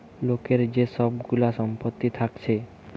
লোকের যে সব গুলা সম্পত্তি থাকছে